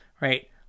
right